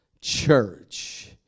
church